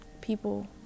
people